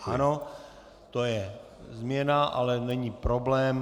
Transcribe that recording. Ano, to je změna, ale není problém.